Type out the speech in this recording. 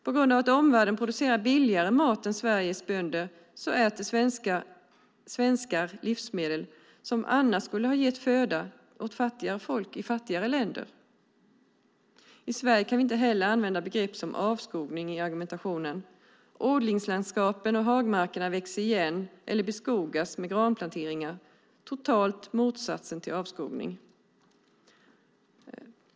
På grund av att omvärlden producerar billigare mat än Sveriges bönder äter svenskar livsmedel som annars skulle ha gett föda åt fattigare folk i fattigare länder. I Sverige kan vi inte heller använda begrepp som avskogning i argumentationen. Odlingslandskapen och hagmarkerna växer igen eller beskogas med granplanteringar - totala motsatsen till avskogning.